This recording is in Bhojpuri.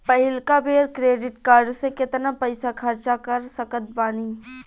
पहिलका बेर क्रेडिट कार्ड से केतना पईसा खर्चा कर सकत बानी?